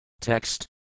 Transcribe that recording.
Text